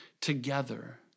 together